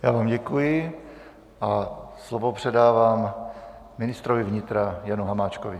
Já vám děkuji a slovo předávám ministrovi vnitra Janu Hamáčkovi.